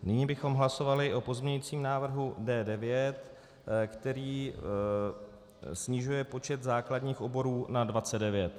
Nyní bychom hlasovali o pozměňujícím návrhu D9, který snižuje počet základních oborů na 29.